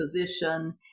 position